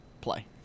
play